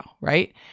Right